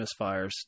misfires